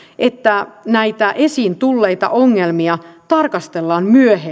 että näitä esiin tulleita ongelmia tarkastellaan